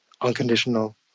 unconditional